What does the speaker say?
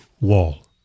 wall